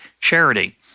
charity